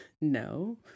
no